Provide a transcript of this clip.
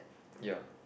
ya